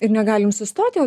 ir negalim sustot jau